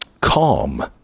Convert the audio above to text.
calm